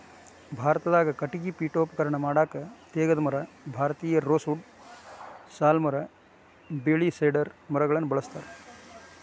ಭಾರತದಾಗ ಕಟಗಿ ಪೇಠೋಪಕರಣ ಮಾಡಾಕ ತೇಗದ ಮರ, ಭಾರತೇಯ ರೋಸ್ ವುಡ್ ಸಾಲ್ ಮರ ಬೇಳಿ ಸೇಡರ್ ಮರಗಳನ್ನ ಬಳಸ್ತಾರ